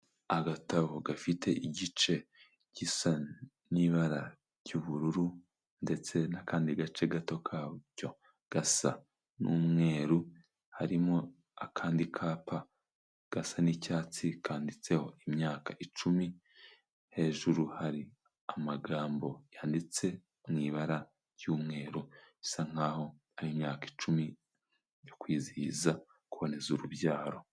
Agatabo gafite igice gisa n'ibara ry'ubururu ndetse n'akandi gace gato kabyo gasa n'umweru harimo akandi kapa gasa n'icyatsi kanditseho imyaka icumi hejuru hari amagambo yanditse mu ibara ry'umweru bisa nkaho ari imyaka icumi yo kwizihiza kuboneza urubyaro.